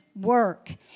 work